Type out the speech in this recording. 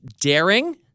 daring